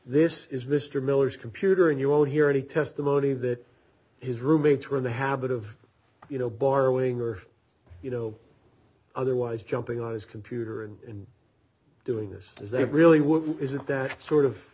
this is mr miller's computer and you won't hear any testimony that his roommates were in the habit of you know borrowing or you know otherwise jumping on his computer and doing this as they really were isn't that sort of